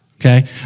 okay